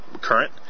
current